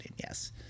yes